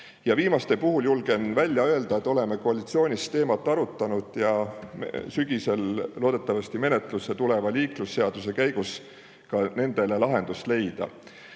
Viimaste puhul julgen välja öelda, et oleme koalitsioonis teemat arutanud ja sügisel loodetavasti menetlusse tulevas liiklusseaduse [muutmise eelnõus püüame] nendele lahendust leida.